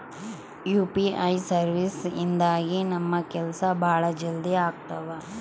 UPI services ಇಂದಾಗಿ ನಮ್ ಕೆಲ್ಸ ಭಾಳ ಜಲ್ದಿ ಅಗ್ತವ